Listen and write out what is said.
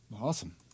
Awesome